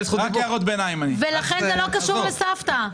להיותה סבתא.